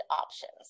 options